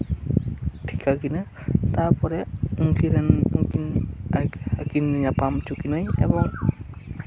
ᱴᱷᱤᱠᱟᱹ ᱠᱤᱱᱟᱹ ᱛᱟᱨᱯᱚᱨᱮ ᱩᱱᱠᱤᱱ ᱨᱮᱱ ᱩᱱᱠᱤᱱ ᱟᱹᱠᱤᱱ ᱧᱟᱯᱟᱢ ᱚᱪᱚᱠᱤᱱᱟᱹᱭ ᱮᱵᱚᱝ